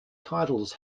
titles